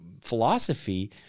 philosophy